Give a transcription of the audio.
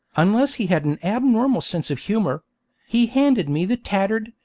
unless he had an abnormal sense of humour he handed me the tattered,